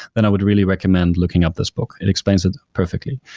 then i would really recommend looking up this book. it explains it perfectly.